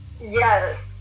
Yes